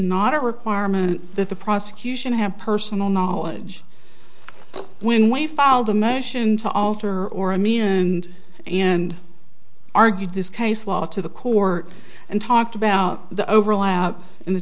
not a requirement that the prosecution have personal knowledge when we filed a motion to alter or a me and and argued this case law to the court and talked about the overlap in the